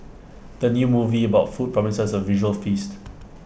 the new movie about food promises A visual feast